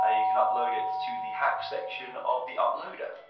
ah you can upload it to the hack section of the uploader.